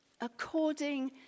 According